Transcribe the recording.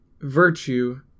virtue